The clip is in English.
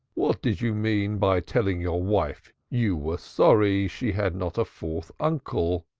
what did you mean by telling your wife you were sorry she had not a fourth uncle?